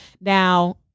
now